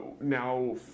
now